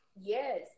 Yes